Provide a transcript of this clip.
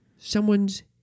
someone's